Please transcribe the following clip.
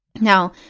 Now